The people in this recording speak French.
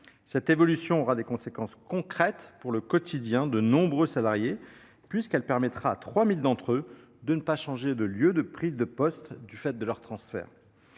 Cette évolution aura des conséquences concrètes pour le quotidien de nombreux salariés : elle permettra à 3 000 d’entre eux de ne pas changer de lieu de prise de poste malgré leur transfert.